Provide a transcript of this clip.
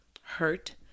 hurt